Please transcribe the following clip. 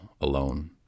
alone